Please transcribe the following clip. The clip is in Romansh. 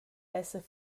esser